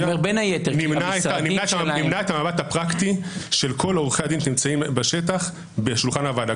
נמנע את המבט הפרקטי של כל עורכי הדין שנמצאים בשטח בשולחן הוועדה.